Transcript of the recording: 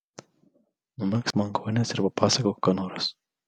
numegzk man kojines ir papasakok ką nors